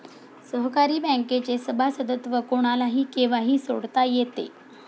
सहकारी बँकेचे सभासदत्व कोणालाही केव्हाही सोडता येते